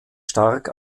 stark